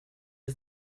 was